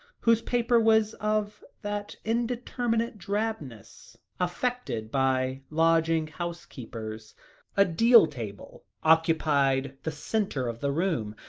whose paper was of that indeterminate drabness affected by lodging-house keepers a deal table occupied the centre of the room,